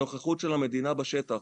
הנוכחות של המדינה בשטח.